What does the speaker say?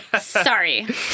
sorry